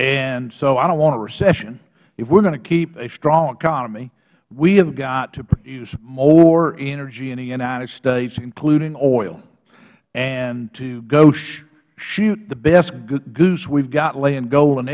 and so i don't want a recession if we're going to keep a strong economy we've got to produce more energy in the united states including oil and to go shoot the best goose we've got laying golden